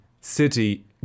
City